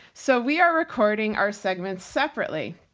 so we are recording our segments separately.